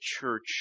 church